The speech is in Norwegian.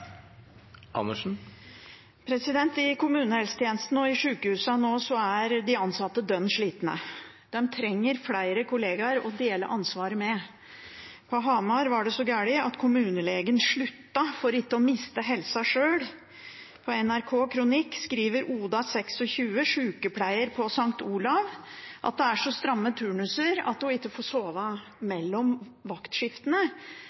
de ansatte nå dønn slitne. De trenger flere kollegaer å dele ansvaret med. På Hamar var det så galt at kommunelegen sluttet for ikke å miste helsa sjøl. I en kronikk på nrk.no skriver Oda, 26, sjukepleier på St. Olavs hospital, at det er så stramme turnuser at hun ikke får